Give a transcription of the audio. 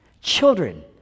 Children